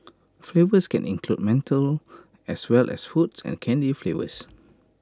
flavours can include menthol as well as fruit and candy flavours